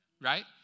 right